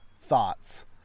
thoughts